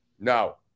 No